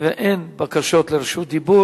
ואין בקשות לרשות דיבור.